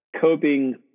coping